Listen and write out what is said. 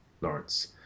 Lawrence